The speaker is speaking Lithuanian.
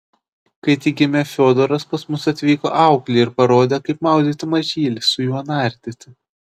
kai tik gimė fiodoras pas mus atvyko auklė ir parodė kaip maudyti mažylį su juo nardyti